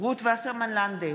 רות וסרמן לנדה,